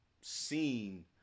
seen